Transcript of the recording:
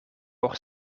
por